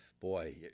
boy